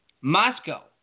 Moscow